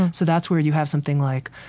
so that's where you have something like,